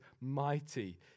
mighty